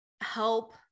help